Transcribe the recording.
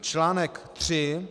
Článek 3